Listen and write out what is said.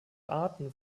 arten